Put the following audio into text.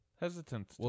hesitant